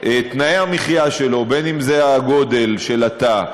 תנאי המחיה שלו בין שזה גודל התא,